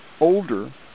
older